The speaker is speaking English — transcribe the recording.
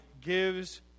gives